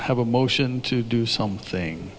have a motion to do something